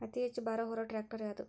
ಅತಿ ಹೆಚ್ಚ ಭಾರ ಹೊರು ಟ್ರ್ಯಾಕ್ಟರ್ ಯಾದು?